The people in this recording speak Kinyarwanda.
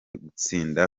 gutsinda